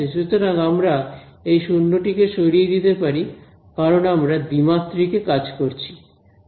সুতরাং আমরা এই 0 টিকে সরিয়ে দিতে পারি কারণ আমরা দ্বিমাত্রিক এ কাজ করছি